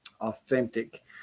authentic